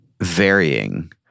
varying